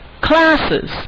classes